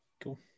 Cool